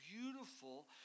beautiful